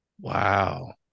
Wow